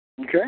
okay